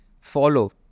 follow